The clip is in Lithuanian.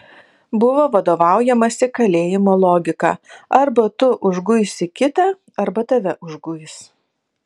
buvo vadovaujamasi kalėjimo logika arba tu užguisi kitą arba tave užguis